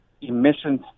emissions